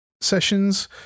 sessions